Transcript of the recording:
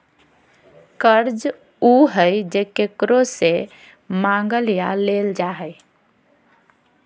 कर्ज उ हइ जे केकरो से मांगल या लेल जा हइ